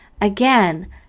Again